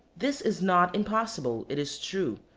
this is not impossible, it is true,